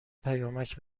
پیامک